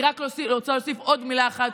אני רק רוצה להוסיף עוד מילה אחת,